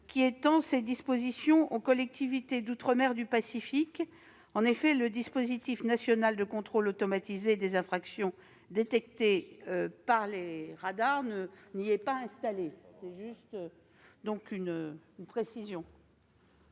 qui étend ses dispositions aux collectivités d'outre-mer du Pacifique. En effet, le dispositif national de contrôle automatisé des infractions détectées par les radars n'y est pas installé. L'amendement n°